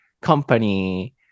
company